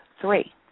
three